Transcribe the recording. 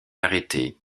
arrêté